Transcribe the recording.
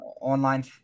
online